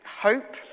hope